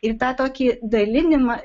ir tą tokį dalinimą